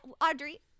Audrey